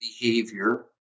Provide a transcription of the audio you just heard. behavior